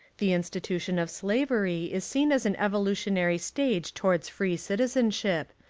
the institution of slavery is seen as an evolutionary stage towards free citizenship,